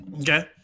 okay